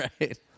right